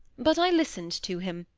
but i listened to him,